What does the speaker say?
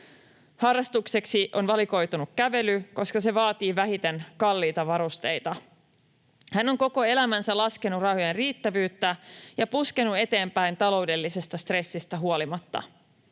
Harrastukseksi on valikoitunut kävely, koska se vaatii vähiten kalliita varusteita. Hän on koko elämänsä laskenut rahojen riittävyyttä ja puskenut eteenpäin taloudellisesta stressistä huolimatta.